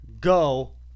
go